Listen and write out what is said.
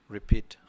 Repeat